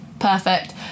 perfect